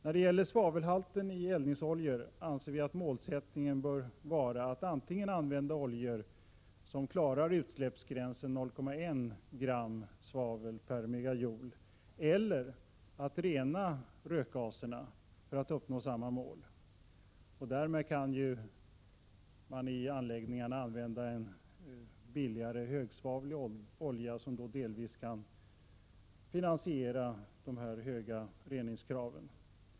När det gäller svavelhalten i eldningsoljor anser vi att målsättningen bör vara att antingen använda olja som klarar utsläppsgränsen 0,1 gram svavel per megajoule eller att rena rökgaserna för att uppnå samma mål och därmed även kunna använda en billigare högsvavlig olja, vilket delvis kan finansiera dessa höga reningskrav.